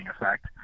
effect